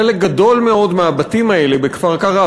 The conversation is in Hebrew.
חלק גדול מאוד מהבתים האלה בכפר-קרע,